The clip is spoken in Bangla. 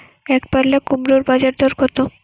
একপাল্লা কুমড়োর বাজার দর কত?